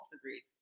Agreed